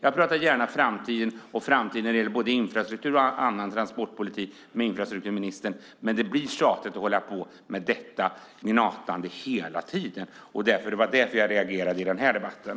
Jag pratar gärna om framtiden när det gäller både infrastruktur och annan transportpolitik med infrastrukturministern, men det blir tjatigt att hålla på med detta gnatande hela tiden. Det var därför jag reagerade i den här debatten.